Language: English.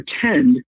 pretend